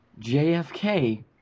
JFK